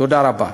תודה רבה.